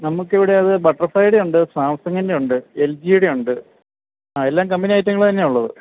നമുക്ക് അതിവിടെ അത് ബട്ടർഫ്ളൈടെയുണ്ട് സാംസങ്ങിൻ്റെ ഉണ്ട് എൽ ജീടെ ഉണ്ട് ആ എല്ലാം കമ്പനി ഐറ്റങ്ങൾ തന്നെയാണ് ഉള്ളത്